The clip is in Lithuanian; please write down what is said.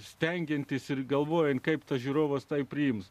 stengiantis ir galvojant kaip tas žiūrovas tai priims